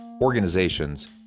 organizations